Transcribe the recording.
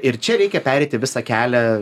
ir čia reikia pereiti visą kelią